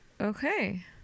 Okay